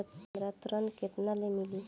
हमरा ऋण केतना ले मिली?